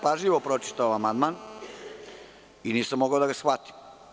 Pažljivo sam pročitao amandman i nisam mogao da ga shvatim.